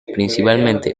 principalmente